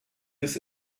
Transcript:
bis